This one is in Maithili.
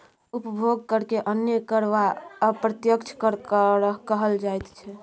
उपभोग करकेँ अन्य कर वा अप्रत्यक्ष कर कहल जाइत छै